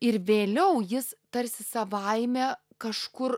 ir vėliau jis tarsi savaime kažkur